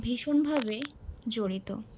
ভীষণভাবে জড়িত